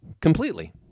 completely